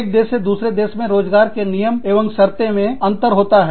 एक देश से दूसरे देश में रोज़गार के नियम एवं शर्तें मे अंतर होता है